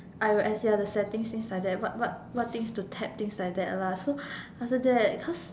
I_O_S ya the settings things like that what what what things to tap thing like that lah so after that cause